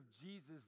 Jesus